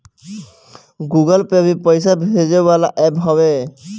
Google pay भी पईसा भेजे वाला एप्प हवे